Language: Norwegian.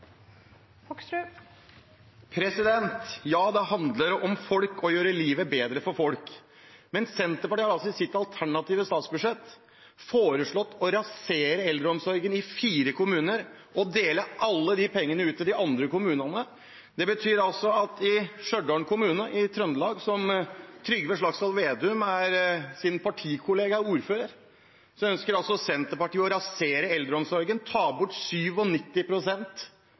Solberg. Ja, det handler om folk og å gjøre livet bedre for folk. Men Senterpartiet har altså i sitt alternative statsbudsjett foreslått å rasere eldreomsorgen i fire kommuner og dele alle de pengene ut til de andre kommunene. Det betyr altså at i Stjørdal kommune i Trøndelag, der Trygve Slagsvold Vedums partikollega er ordfører, ønsker Senterpartiet å rasere eldreomsorgen og tar bort